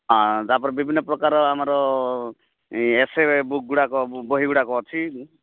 ହଁ ତା'ପରେ ବିଭିନ୍ନ ପ୍ରକାର ଆମର ଏ ଏସେ ବୁକ୍ଗୁଡ଼ାକ ବହିଗୁଡ଼ାକ ଅଛି